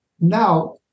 Now